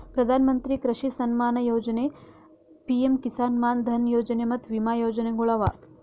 ಪ್ರಧಾನ ಮಂತ್ರಿ ಕೃಷಿ ಸಮ್ಮಾನ ಯೊಜನೆ, ಪಿಎಂ ಕಿಸಾನ್ ಮಾನ್ ಧನ್ ಯೊಜನೆ ಮತ್ತ ವಿಮಾ ಯೋಜನೆಗೊಳ್ ಅವಾ